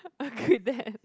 quit that